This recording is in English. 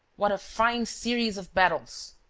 what a fine series of battles!